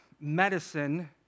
medicine